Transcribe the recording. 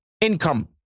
income